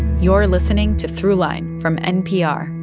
you're listening to throughline from npr.